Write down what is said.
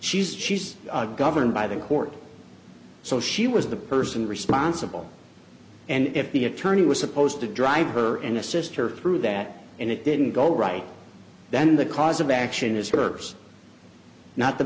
oath she's just governed by the court so she was the person responsible and if the attorney was supposed to drive her and assist her through that and it didn't go right then the cause of action is